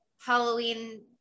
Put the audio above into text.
Halloween